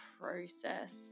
process